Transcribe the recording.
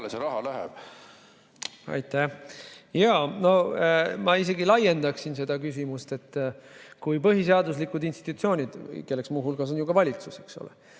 peale see raha läheb? Aitäh! No ma isegi laiendaksin seda küsimust: kui põhiseaduslikud institutsioonid, kelleks muu hulgas on valitsus ja